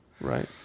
Right